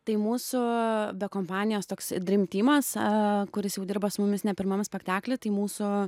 tai mūsų be kompanijos toks drimtymas kuris jau dirba su mumis ne pirmam spektakly tai mūsų